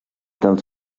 dels